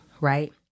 right